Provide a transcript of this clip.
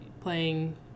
Playing